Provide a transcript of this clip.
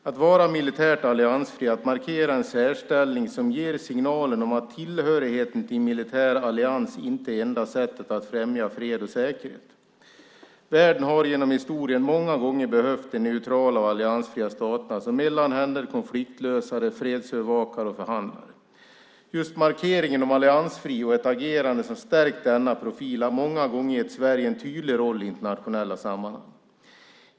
Att vara militärt alliansfri är att markera en särställning som ger signalen att tillhörigheten till militär allians inte är enda sättet att främja fred och säkerhet. Världen har genom historien många gånger behövt de neutrala och alliansfria staterna som mellanhänder, konfliktlösare, fredsövervakare och förhandlare. Just markeringen av alliansfrihet och ett agerande som har stärkt denna profil har många gånger gett Sverige en tydlig roll i internationella sammanhang.